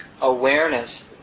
awareness